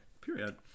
Period